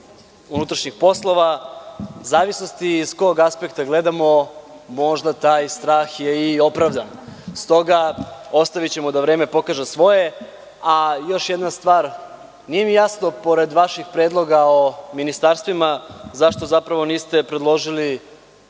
unutrašnjih poslova. U zavisnosti s kog aspekta gledamo, možda taj strah je i opravdan. Stoga, ostavićemo da vreme pokaže svoje. Još jedna stvar. Nije mi jasno, pored vaših predloga o ministarstvima, zašto niste predložili